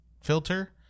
filter